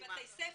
בבתי ספר.